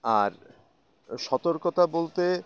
আর সতর্কতা বলতে